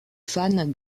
fans